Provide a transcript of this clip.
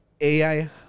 ai